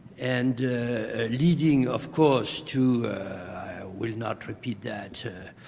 and leading, of course, to i will not repeat that